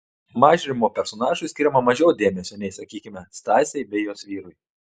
mažrimo personažui skiriama mažiau dėmesio nei sakykime stasei bei jos vyrui